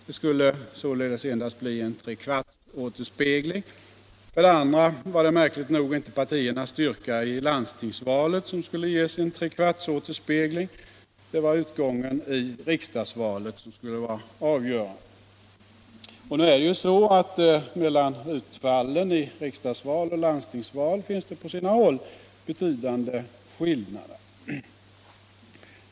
Det skulle således endast bli en trekvartsåterspegling. För det andra var det märkligt nog inte partiernas styrka i landstingsvalet som skulle ges en trekvartsåterspegling — det var utgången i riksdagsvalet som skulle vara avgörande. Mellan utfallen i riksdagsval och landstingsval finns det på sina håll betydande skillnader.